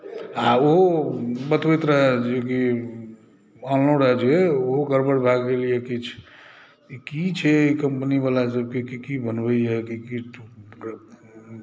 आ ओ बतबैत रहय जेकि अनलहुँ रहए जे ओहो गड़बड़ भए गेल यए किछु की छै कम्पनीवला सभकेँ की की बनबैए की की